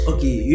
Okay